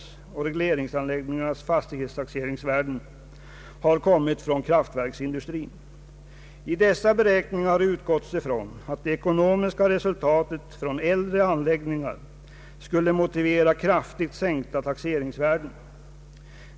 ningarnas fastighetstaxeringsvärden har kommit från kraftverksindustrin. I dessa beräkningar har man utgått ifrån att det ekonomiska resultatet från äldre anläggningar skulle motivera kraftigt sänkta taxeringsvärden.